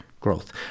growth